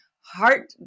heart